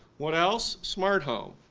what else? smart home.